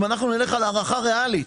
אם נלך על הערכה ריאלית